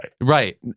Right